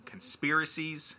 conspiracies